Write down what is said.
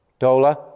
Dola